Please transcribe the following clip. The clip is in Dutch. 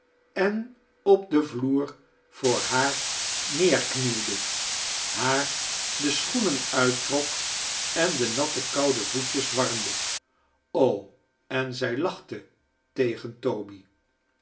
en op den vloer voor haar neerknielde haar de schoenen uittrok en de natte koude voetjes warmd en zij laclite tegen toby